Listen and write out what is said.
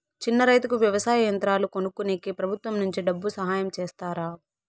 చిన్న రైతుకు వ్యవసాయ యంత్రాలు కొనుక్కునేకి ప్రభుత్వం నుంచి డబ్బు సహాయం చేస్తారా?